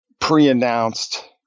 pre-announced